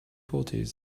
fourties